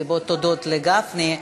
הודות לגפני,